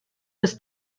was